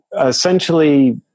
essentially